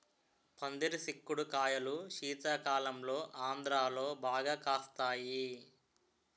పందిరి సిక్కుడు కాయలు శీతాకాలంలో ఆంధ్రాలో బాగా కాస్తాయి